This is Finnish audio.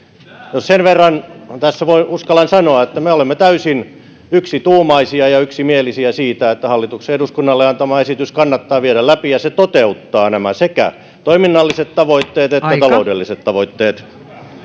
sen verran tässä uskallan sanoa että me olemme täysin yksituumaisia ja yksimielisiä siitä että hallituksen eduskunnalle antama esitys kannattaa viedä läpi ja se toteuttaa nämä sekä toiminnalliset tavoitteet että taloudelliset tavoitteet